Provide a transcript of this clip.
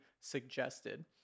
suggested